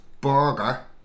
burger